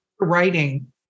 writing